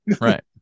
Right